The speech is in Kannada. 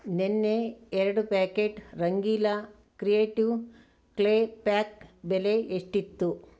ನೆನ್ನೆ ಎರಡು packet Rangeela creative clay pack ಬೆಲೆ ಎಷ್ಟಿತ್ತು